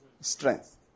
Strength